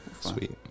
Sweet